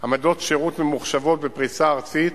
שירות ממוחשבות בפריסה ארצית